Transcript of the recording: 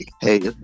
Hey